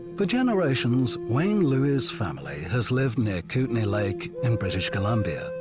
for generations, wayne louis's family has lived near kootenay lake in british columbia.